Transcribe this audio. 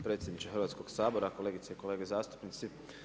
Hvala predsjedniče Hrvatskog sabora, kolegice i kolege zastupnici.